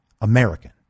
American